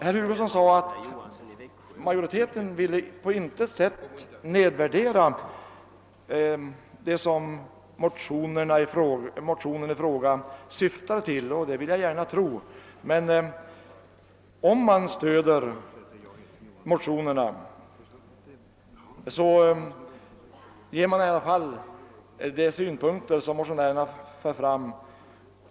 Herr Hugosson sade att majoriteten på intet sätt ville nedvärdera det som motionen i fråga syftar till, och det vill jag gärna tro. Om man stöder motionerna, ger man dock en särskild betoning åt de synpunkter som motionärerna för fram.